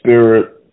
spirit